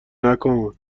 نکن